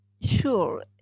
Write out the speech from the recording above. Sure